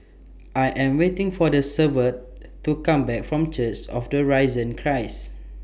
I Am waiting For The Severt to Come Back from Church of The Risen Christ